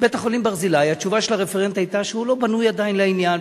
בית-החולים "ברזילי" התשובה של הרפרנט היתה שהוא לא בנוי עדיין לעניין,